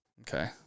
Okay